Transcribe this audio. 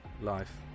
life